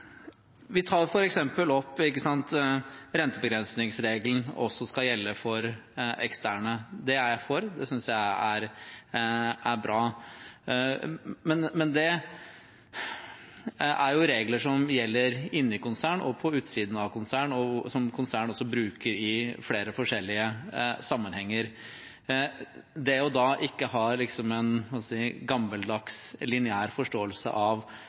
Vi tar f.eks. opp at rentebegrensningsregelen også skal gjelde for eksterne. Det er jeg for, og det synes jeg er bra, men dette er jo regler som gjelder inni konsern og på utsiden av konsern, og som konsern også bruker i flere forskjellige sammenhenger. Ikke å ha en gammeldags, lineær forståelse av